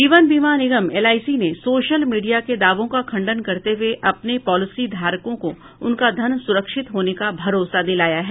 जीवन बीमा निगम एलआईसी ने सोशल मीडिया के दावो का खंडन करते हुए अपने पॉलिसी धारकों को उनका धन सुरक्षित होने का भरोसा दिलाया है